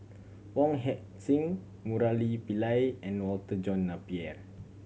Wong Heck Sing Murali Pillai and Walter John Napier